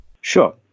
Sure